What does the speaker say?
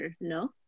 No